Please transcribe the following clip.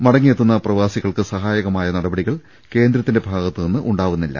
മടങ്ങിയെത്തുന്ന പ്രവാസികൾക്ക് സഹായക മായ നടപടികൾ കേന്ദ്രത്തിന്റെ ഭാഗത്ത് നിന്ന് ഉണ്ടാവുന്നില്ല